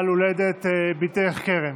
על הולדת בתך כרם.